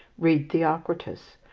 read theocritus.